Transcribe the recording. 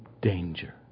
danger